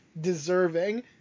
deserving